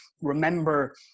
remember